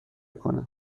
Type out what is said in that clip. کنه